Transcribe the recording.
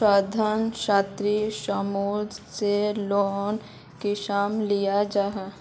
स्वयं सहायता समूह से लोन कुंसम लिया जाहा?